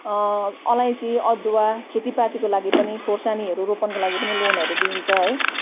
अलैँची अदुवा खेतीपातीको लागि पनि खोर्सानीहरू रोपनको लागि पनि लोनहरू दिइन्छ है